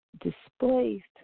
displaced